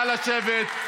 נא לשבת,